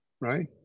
right